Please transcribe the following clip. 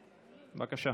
בבקשה.